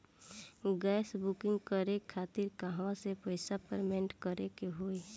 Gas booking करे के खातिर कहवा से पैसा पेमेंट करे के होई?